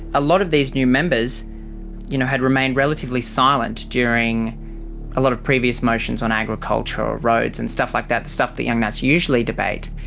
a lot of these new members you know had remained relatively silent during a lot of previous motions on agriculture, or roads and stuff like that, stuff young nats usually debate.